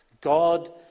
God